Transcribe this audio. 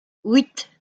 huit